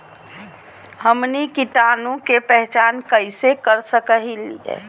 हमनी कीटाणु के पहचान कइसे कर सको हीयइ?